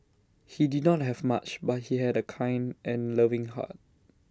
he did not have much but he had A kind and loving heart